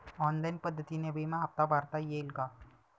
Online पद्धतीने विमा हफ्ता भरता येईल का?